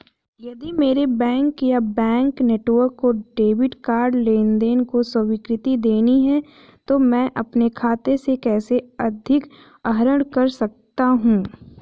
यदि मेरे बैंक या बैंक नेटवर्क को डेबिट कार्ड लेनदेन को स्वीकृति देनी है तो मैं अपने खाते से कैसे अधिक आहरण कर सकता हूँ?